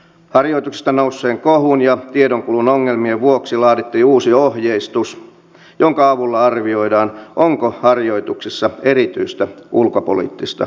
harjoituksista nousseen kohun ja tiedonkulun ongelmien vuoksi laadittiin uusi ohjeistus jonka avulla arvioidaan onko harjoituksissa erityistä ulkopoliittista merkitystä